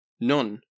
None